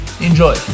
Enjoy